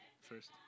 first